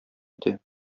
итә